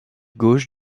gauche